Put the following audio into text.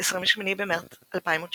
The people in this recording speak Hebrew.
28 במרץ 2019